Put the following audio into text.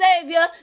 Savior